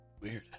Weird